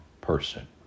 person